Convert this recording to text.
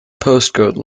postcode